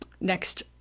next